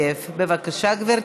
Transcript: אתה מבקש להירשם כתומך בהצעת החוק,